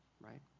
right